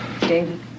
David